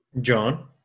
John